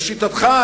לשיטתך,